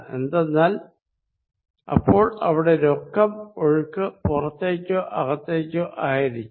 എന്തെന്നാൽ അപ്പോൾ അവിടെ നെറ്റ് ഫ്ലോ പുറത്തേക്കോ അകത്തേക്കോ ആയിരിക്കും